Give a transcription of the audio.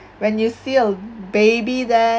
when you feel baby there